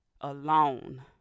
alone